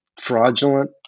fraudulent